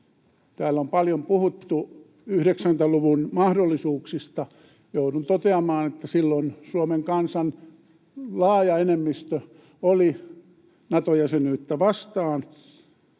Täällä on paljon puhuttu 90-luvun mahdollisuuksista. Joudun toteamaan, että silloin Suomen kansan laaja enemmistö oli Nato-jäsenyyttä vastaan